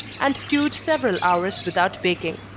and stewed several hours without baking.